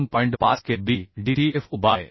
5 kB dt f u by gamma nb शोधू शकतो